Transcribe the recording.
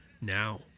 now